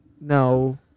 No